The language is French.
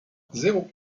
zéro